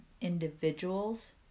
individuals